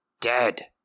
Dead